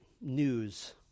news